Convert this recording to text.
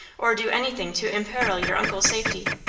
or do anything to imperil your uncle's safety.